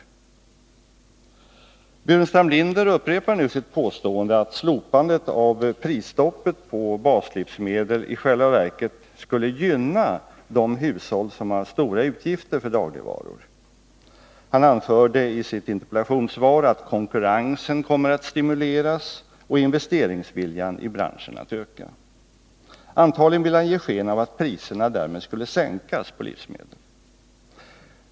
Staffan Burenstam Linder upprepar nu sitt påstående att slopandet av prisstoppet på baslivsmedel i själva verket skulle gynna de hushåll som har stora utgifter för dagligvaror. Han anför i sitt interpellationssvar att konkurrensen kommer att stimuleras och investeringsviljan i branschen att öka. Antagligen vill Staffan Burenstam Linder ge sken av att priserna på livsmedel därmed skulle sänkas.